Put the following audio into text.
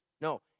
No